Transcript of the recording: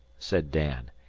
said dan.